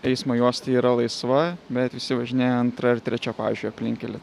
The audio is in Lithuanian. eismo juosta yra laisva bet visi važinėja antra ir trečia pavyzdžiui aplinkkely